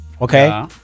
Okay